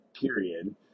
period